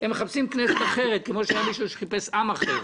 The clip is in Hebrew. הם מחפשים כנסת אחרת כמו שהיה מישהו שחיפש עם אחר.